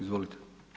Izvolite.